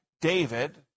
David